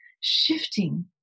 shifting